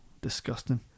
disgusting